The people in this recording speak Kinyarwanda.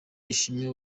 ishimwe